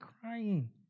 crying